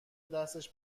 دستش